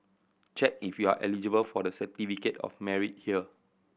check if you are eligible for the Certificate of Merit here